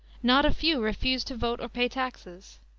not a few refused to vote or pay taxes.